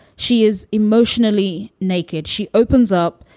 she is emotionally naked. she opens up.